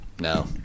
no